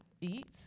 eat